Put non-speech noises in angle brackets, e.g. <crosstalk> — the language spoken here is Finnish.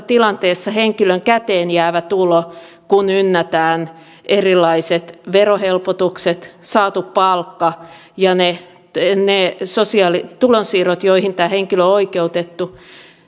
<unintelligible> tilanteessa henkilön käteenjäävä tulo kun ynnätään erilaiset verohelpotukset saatu palkka ja ne tulonsiirrot joihin tämä henkilö on oikeutettu